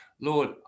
Lord